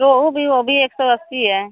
रोहू भी वो भी एक सौ अस्सी है